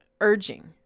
urging